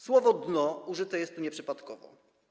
Słowo „dno” użyte jest tu nieprzypadkowo.